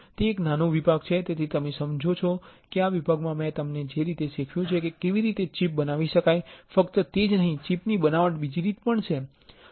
તે એક નાનો વિભાગ છે તેથી તમે સમજો છો કે આ વિભાગમાં મેં તમને જે રીતે શીખવ્યું છે કે કેવી રીતે ચીપ બનાવી શકાય છે ફક્ત તે જ નહીં ચીપ ની બનાવટની બીજી રીત પણ છે